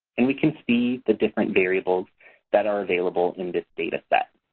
and we can see the different variables that are available in this data set